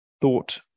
thought